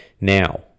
Now